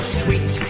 sweet